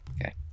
Okay